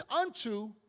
unto